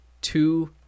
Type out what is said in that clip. two